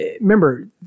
Remember